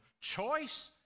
choice